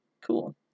Cool